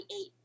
eight